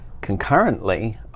concurrently